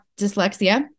dyslexia